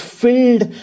filled